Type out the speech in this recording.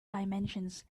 dimensions